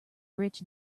rich